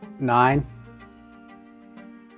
Nine